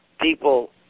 people